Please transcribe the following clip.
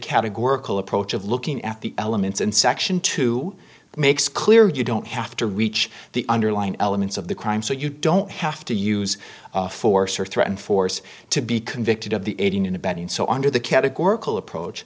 of looking at the elements in section two makes clear you don't have to reach the underlying elements of the crime so you don't have to use force or threaten force to be convicted of the aiding and abetting so under the categorical approach